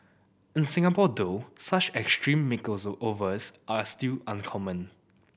in Singapore though such extreme makeovers are still uncommon